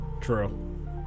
True